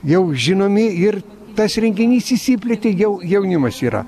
jau žinomi ir tas renginys išsiplėtė jau jaunimas yra